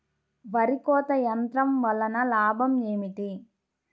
వరి కోత యంత్రం వలన లాభం ఏమిటి?